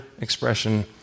expression